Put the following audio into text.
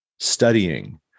studying